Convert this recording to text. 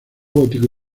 gótico